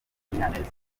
munyaneza